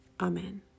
Amen